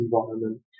environment